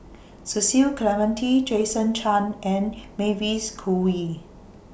Cecil Clementi Jason Chan and Mavis Khoo Oei